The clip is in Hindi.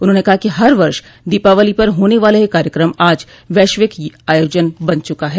उन्होंने कहा कि हर वर्ष दीपावली पर होने वाला यह कार्यकम आज वैश्विक आयोजन बन चूका है